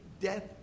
death